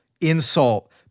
insult